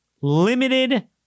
limited